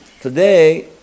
Today